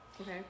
okay